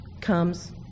comes